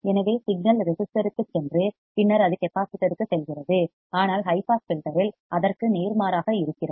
எனவே signal resistor க்குச் சென்று பின்னர் அது கெப்பாசிட்டர்க்குச் செல்கிறது ஆனால் ஹை பாஸ் ஃபில்டர் இல் அதற்கு நேர்மாறாக இருக்கிறது